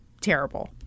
terrible